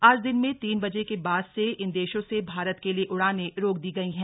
आज दिन में तीन बजे के बाद से इन देशों से भारत के लिए उड़ानें रोक दी गई हैं